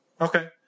Okay